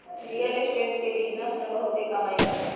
real estate के business में बहुते कमाई बाटे